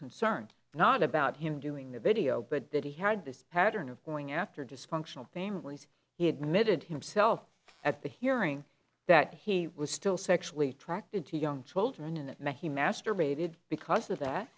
concern not about him doing the video but that he had this pattern of going after dysfunctional families he admitted himself at the hearing that he was still sexually attracted to young children and that